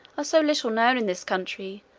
are so little known in this country,